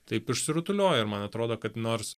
taip išsirutuliojo ir man atrodo kad nors